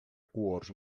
cohorts